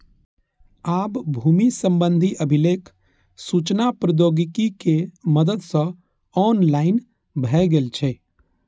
आब भूमि संबंधी अभिलेख सूचना प्रौद्योगिकी के मदति सं ऑनलाइन भए गेल छै